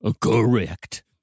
correct